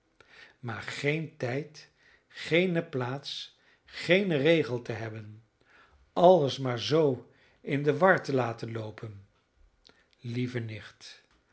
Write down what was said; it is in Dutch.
maar geen tijd geene plaats geen regel te hebben alles maar zoo in de war te laten loopen lieve nicht